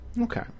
Okay